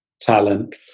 talent